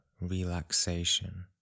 relaxation